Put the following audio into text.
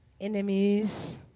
Enemies